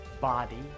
body